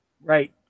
Right